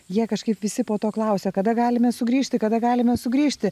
jie kažkaip visi po to klausia kada galime sugrįžti kada galime sugrįžti